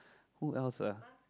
who else ah